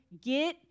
get